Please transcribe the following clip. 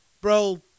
Bro